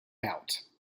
out